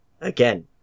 again